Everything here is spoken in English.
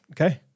Okay